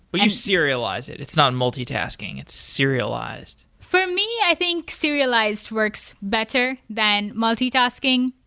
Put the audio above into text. but you serialize it. it's not multitasking. it's serialized. for me, i think serialized works better than multitasking.